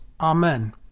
Amen